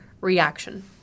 reaction